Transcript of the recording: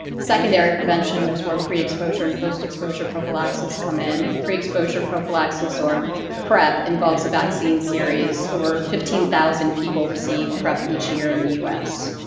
secondary prevention is where pre-exposure and post-exposure prophylaxis come in. pre-exposure prophylaxis or prep involves a vaccine series, over fifteen thousand people receive prep each year in the u s.